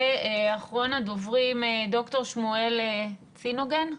אחרון הדוברים, ד"ר שמואל צנגן.